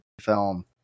film